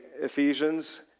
Ephesians